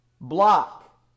block